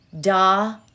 da